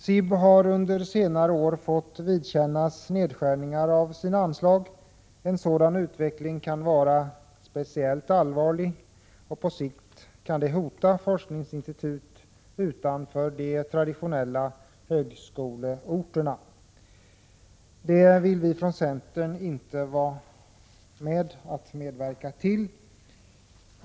SIB har under senare år fått vidkännas nedskärningar av sina anslag. En sådan utveckling kan vara speciellt allvarlig och kan på sikt hota forskningsinstitut utanför de traditionella högskoleorterna. Det vill vi från centern inte medverka till.